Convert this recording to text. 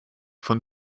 von